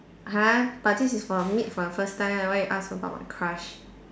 !huh! but this is for meet for the first time why you ask about my crush